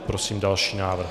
Prosím další návrh.